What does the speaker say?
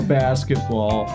basketball